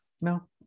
no